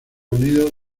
unidos